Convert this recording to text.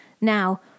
now